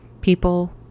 people